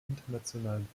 internationalen